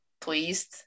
pleased